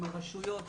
עם הרשויות,